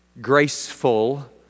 graceful